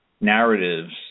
narratives